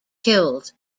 killed